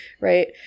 right